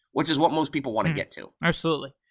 which is what most people want to get to absolutely.